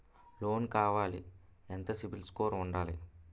Loan కావాలి ఎంత CIBIL score ఉండాలి?